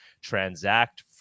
transact